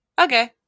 Okay